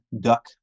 duck